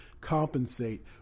Compensate